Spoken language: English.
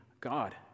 God